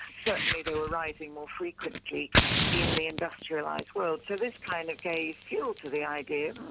certainly they were rising more frequently in the industrialised world. so this kind of gave fuel to the idea.